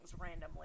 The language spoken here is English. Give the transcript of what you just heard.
randomly